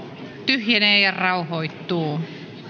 tyhjenee ja rauhoittuu